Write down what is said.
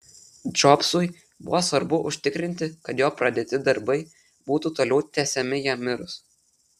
džobsui buvo svarbu užtikrinti kad jo pradėti darbai būtų toliau tęsiami jam mirus